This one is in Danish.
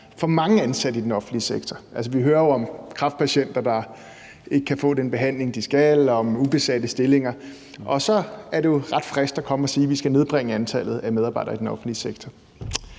for mange ansatte i den offentlige sektor. Vi hører jo om kræftpatienter, der ikke kan få den behandling, de skal, om ubesatte stillinger, og så er det jo ret friskt at komme og sige, at vi skal nedbringe antallet af medarbejdere i den offentlige sektor.